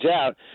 out